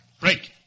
Break